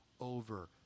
over